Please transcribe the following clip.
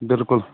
بِلکُل